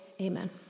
amen